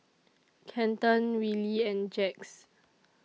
Kenton Willie and Jax